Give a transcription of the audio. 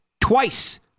twice